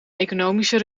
economische